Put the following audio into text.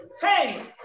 Ten